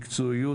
מקצועיות,